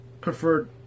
preferred